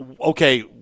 Okay